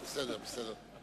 האומנם.